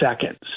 seconds